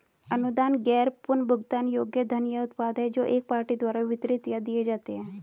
अनुदान गैर पुनर्भुगतान योग्य धन या उत्पाद हैं जो एक पार्टी द्वारा वितरित या दिए जाते हैं